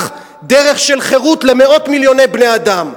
דרך של חירות למאות מיליוני בני-אדם.